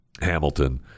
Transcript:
hamilton